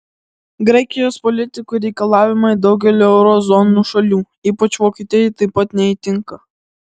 graikijos politikų reikalavimai daugeliui euro zonos šalių ypač vokietijai taip pat neįtinka